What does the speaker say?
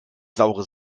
saure